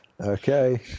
Okay